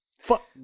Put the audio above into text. Fuck